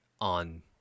on